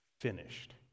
finished